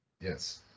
Yes